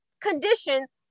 conditions